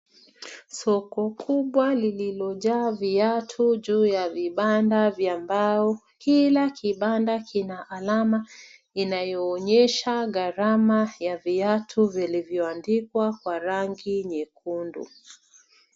Soko kubwa lililojaa viatu juu ya vibanda vya mbao. Kila kibanda kina alama inayoonyesha gharama ya viatu vilivyoandikwa kwa rangi nyekundu.